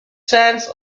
sent